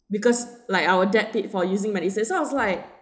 because like our dad paid for using medisave so I was like